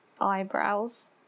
eyebrows